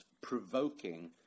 provoking